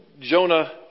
Jonah